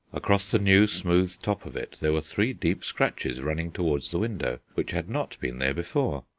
across the new smooth top of it there were three deep scratches running towards the window, which had not been there before.